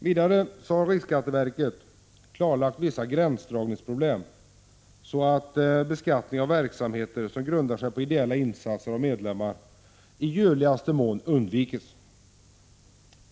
Vidare har riksskatteverket klarlagt vissa gränsdragningsproblem, så att beskattning av verksamheter som grundar sig på ideella insatser av medlemmar i görligaste mån undviks.